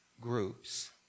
groups